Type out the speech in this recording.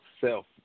self